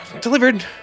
Delivered